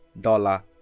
dollar